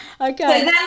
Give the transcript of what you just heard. Okay